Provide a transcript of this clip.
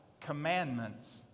commandments